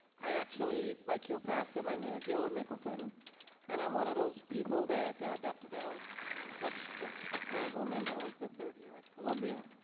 i actually, like your pastor, my name is yola nicholson and i'm one of those people that dr. bell touched just for a moment. i was a third year at columbia.